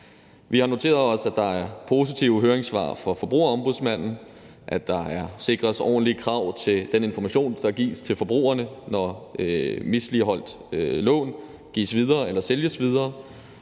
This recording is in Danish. Vi har noteret os, at der er positive høringssvar fra Forbrugerombudsmanden, at der sikres krav til ordentlig information til forbrugerne, når misligholdte lån gives videre eller sælges videre,